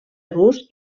rus